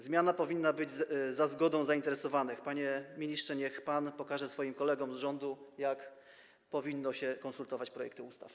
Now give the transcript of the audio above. Zmiana powinna być za zgodą zainteresowanych, panie ministrze, niech pan pokaże swoim kolegom z rządu, jak powinno się konsultować projekty ustaw.